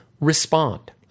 respond